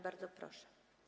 Bardzo proszę.